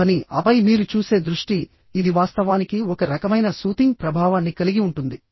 ధ్వని ఆపై మీరు చూసే దృష్టి ఇది వాస్తవానికి ఒక రకమైన సూతింగ్ ప్రభావాన్ని కలిగి ఉంటుంది